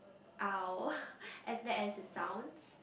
!ow! as bad as it sounds